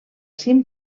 cim